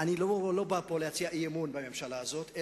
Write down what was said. אני לא בא להציע אי-אמון בממשלה הזאת,